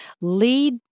lead